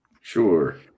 Sure